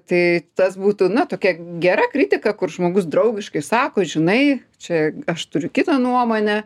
tai tas būtų na tokia gera kritika kur žmogus draugiškai sako žinai čia aš turiu kitą nuomonę